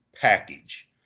package